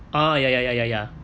orh ya ya ya ya